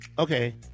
Okay